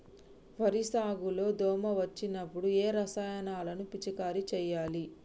వరి సాగు లో దోమ వచ్చినప్పుడు ఏ రసాయనాలు పిచికారీ చేయాలి?